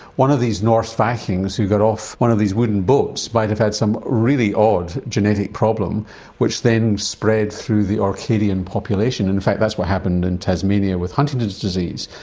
one of these norse vikings who got off one of these wooden boats might have had some really odd genetic problem which then spread through the orcadian population. in fact that's what happened in tasmania with huntington's disease.